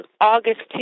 August